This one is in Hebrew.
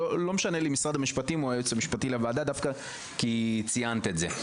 לא משנה לי משרד המשפטים או היועצת המשפטית לוועדה כי ציינת את זה,